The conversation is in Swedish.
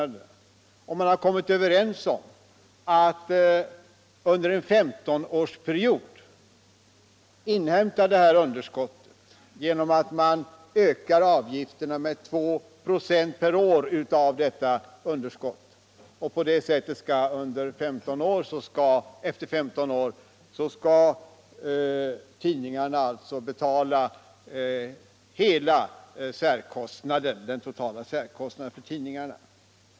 Postverket och tidningsutgivarna har kommit överens om att under en 15-årsperiod inhämta det genom att öka avgifterna med 2 96 per år av detta underskott. Efter 15 år skall tidningarna alltså betala hela den totala särkostnaden.